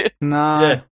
Nah